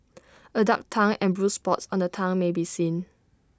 A dark tongue and bruised spots on the tongue may be seen